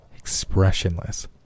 expressionless